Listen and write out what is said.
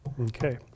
Okay